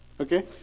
Okay